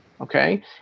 okay